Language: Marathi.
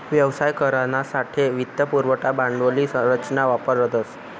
व्यवसाय करानासाठे वित्त पुरवठा भांडवली संरचना वापरतस